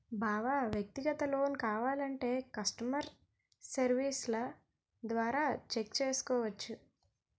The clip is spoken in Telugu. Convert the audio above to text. బావా వ్యక్తిగత లోన్ కావాలంటే కష్టమర్ సెర్వీస్ల ద్వారా చెక్ చేసుకోవచ్చు